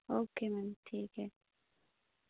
okay ma'am ठीक है